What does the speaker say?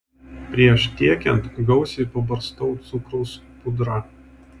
prieš tiekiant gausiai pabarstau cukraus pudra